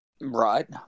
right